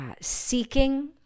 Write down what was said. Seeking